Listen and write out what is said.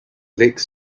lake